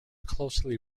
closely